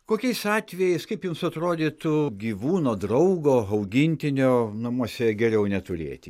kokiais atvejais kaip jums atrodytų gyvūno draugo augintinio namuose geriau neturėti